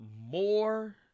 more